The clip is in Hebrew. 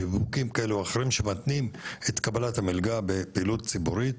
שווקים כאלה או אחרים שמתנים את קבלת המלגה בפעילות ציבורית,